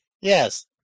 Yes